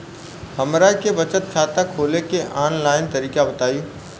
हमरा के बचत खाता खोले के आन लाइन तरीका बताईं?